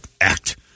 act